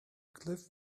cliff